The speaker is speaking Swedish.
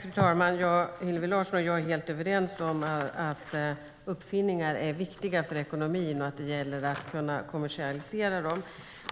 Fru talman! Hillevi Larsson och jag är helt överens om att uppfinningar är viktiga för ekonomin och att det gäller att kunna kommersialisera dem.